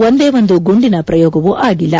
ಒಂದೇ ಒಂದು ಗುಂಡಿನ ಪ್ರಯೋಗವೂ ಆಗಿಲ್ಲ